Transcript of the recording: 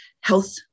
health